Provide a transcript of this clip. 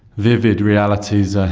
vivid realities. ah